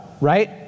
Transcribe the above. right